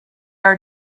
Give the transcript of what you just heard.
are